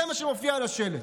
זה מה שמופיע על השלט.